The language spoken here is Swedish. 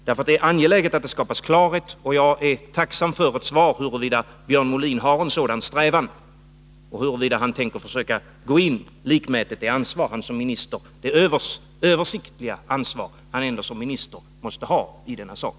Det är angeläget att det skapas klarhet, och jag är tacksam för ett svar huruvida Björn Molin har en sådan strävan och huruvida han försöker gå in, likmätigt det övergripande ansvar han som minister måste ha i denna sak.